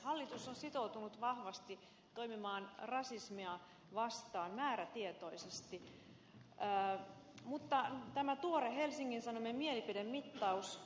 hallitus on sitoutunut vahvasti toimimaan rasismia vastaan määrätietoisesti mutta tämä tuore helsingin sanomien mielipidemittaus kyllä huolestuttaa